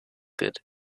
good